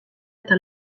eta